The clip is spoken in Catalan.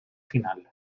final